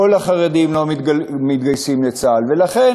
כל החרדים לא מתגייסים לצה"ל.